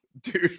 Dude